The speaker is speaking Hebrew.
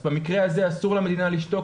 אז במקרה הזה אסור למדינה לשתוק.